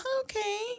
okay